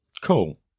Cool